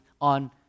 on